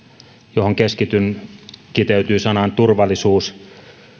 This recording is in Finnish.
johon keskityn kiteytyy sanaan turvallisuus